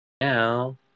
Now